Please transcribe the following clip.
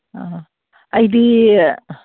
ꯑ ꯑꯩꯗꯤ